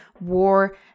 war